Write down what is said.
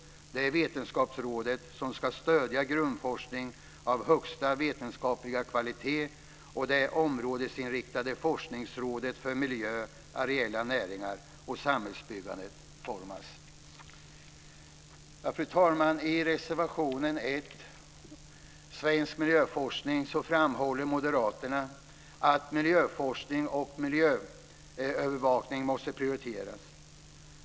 Det är Vetenskapsrådet, som ska stödja grundforskning av högsta vetenskapliga kvalitet, och det är områdesinriktade Forskningsrådet för miljö, areella näringar och samhällsbyggande, Formas. I reservation 1 om svensk miljöforskning framhåller moderaterna att miljöforskningen och miljöövervakningen måste prioriteras.